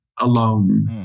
alone